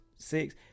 six